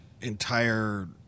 entire